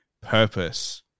purpose